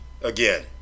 Again